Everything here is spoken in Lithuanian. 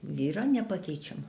vyrą nepakeičiamą